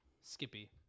Skippy